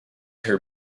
her